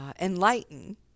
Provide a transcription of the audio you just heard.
enlighten